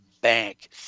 bank